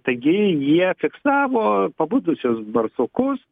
taigi jie fiksavo pabudusius barsukus